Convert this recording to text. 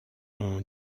ont